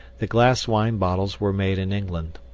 the glass wine bottles were made in england.